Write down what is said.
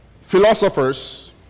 philosophers